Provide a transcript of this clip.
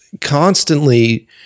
constantly